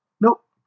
Nope